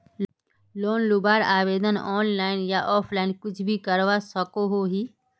Loan लुबार आवेदन online या ऑफलाइन कुछ भी करवा सकोहो ही?